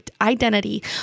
identity